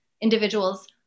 individuals